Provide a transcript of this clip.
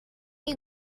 you